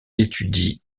étudie